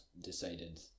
decided